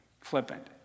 Flippant